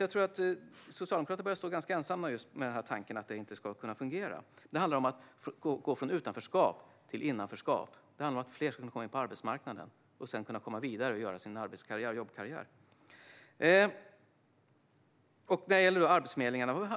Jag tror att Socialdemokraterna börjar stå ganska ensamma med tanken att detta inte ska kunna fungera. Det handlar om gå från utanförskap till innanförskap. Det handlar om att fler ska kunna komma in på arbetsmarknaden och sedan kunna komma vidare och göra arbetskarriär. När det gäller Arbetsförmedlingen handlar